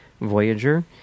Voyager